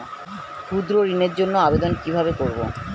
ক্ষুদ্র ঋণের জন্য আবেদন কিভাবে করব?